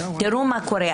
תראו מה קורה,